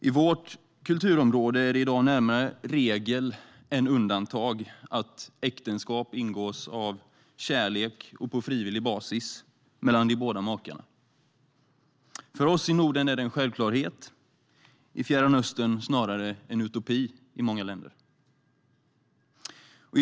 I vårt kulturområde är det i dag snarare regel än undantag att äktenskap ingås av kärlek och på frivillig basis mellan de båda makarna. För oss i Norden är det en självklarhet. I många länder i Mellanöstern är det snarare en utopi.